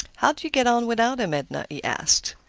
how do you get on without him, edna? he asked.